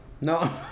no